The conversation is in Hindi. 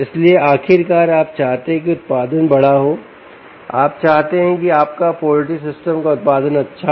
इसलिए आखिरकार आप चाहते हैं कि उत्पादन बड़ा हो आप चाहते हैं कि आपका पोल्ट्री सिस्टम का उत्पादन अच्छा हो